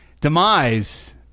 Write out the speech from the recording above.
demise